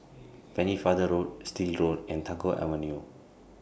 Pennefather Road Still Road and Tagore Avenue